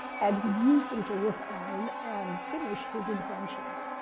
and he'd use them to refine and finish his inventions.